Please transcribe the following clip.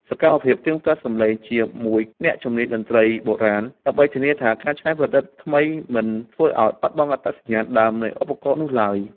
សកម្មភាពផ្ទៀងផ្ទាត់សំឡេងជាមួយអ្នកជំនាញតន្ត្រីបុរាណ ដើម្បីធានាថាការច្នៃប្រឌិតថ្មីមិនធ្វើឱ្យបាត់បង់អត្តសញ្ញាណដើមនៃឧបករណ៍នោះឡើយ។